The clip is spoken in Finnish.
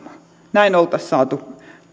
näin oltaisiin saatu